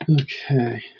Okay